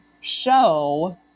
show